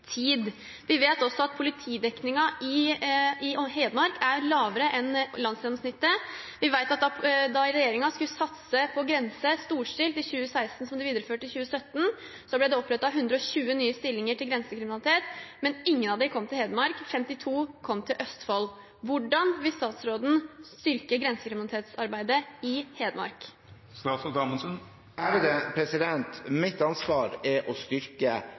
Vi vet også at politidekningen i Hedmark er lavere enn landsgjennomsnittet. Vi vet at da regjeringen skulle satse storstilt på grense i 2016, som de videreførte i 2017, ble det opprettet 120 nye stillinger til grensekriminalitet, men ingen av dem kom til Hedmark, 52 kom til Østfold. Hvordan vil statsråden styrke grensekriminalitetsarbeidet i Hedmark? Mitt ansvar er å styrke